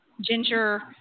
ginger